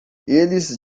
eles